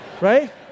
right